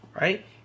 right